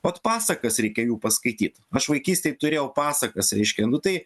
vat pasakas reikia jų paskaityt aš vaikystėj turėjau pasakas reiškia nu tai